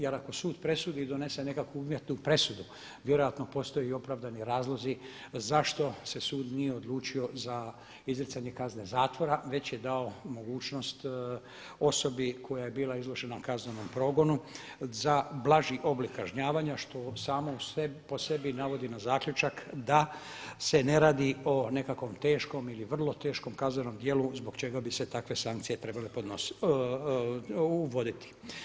Jer ako sud presudi i donese nekakvu uvjetnu presudu vjerojatno postoje opravdani razlozi zašto se sud nije odlučio za izricanje kazne zatvora, već je dao mogućnost osobi koja je bila izložena kaznenom progonu za blaži oblik kažnjavanja što samo po sebi navodi na zaključak da se ne radi o nekakvoj teškom ili vrlo teškom kaznenom djelu zbog čega bi se takve sankcije trebale uvoditi.